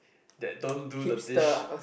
they don't do the dish